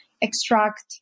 extract